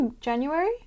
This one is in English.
January